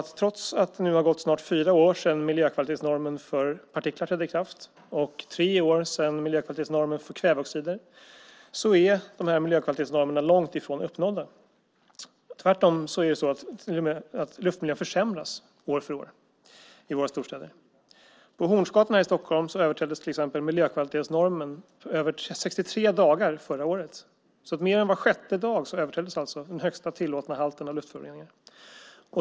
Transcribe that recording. Trots att det snart gått fyra år sedan miljökvalitetsnormen för partiklar trädde i kraft och tre år sedan miljökvalitetsnormen för kväveoxider trädde i kraft är dessa miljökvalitetsnormer långt ifrån uppnådda. Tvärtom försämras luftmiljön i våra storstäder år för år. På Hornsgatan i Stockholm överträddes miljökvalitetsnormen med 63 dagar förra året. Mer än var sjätte dag överträddes alltså den högsta tillåtna halten av luftföroreningar.